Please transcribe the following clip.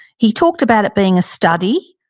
he talked about it being a study,